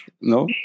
No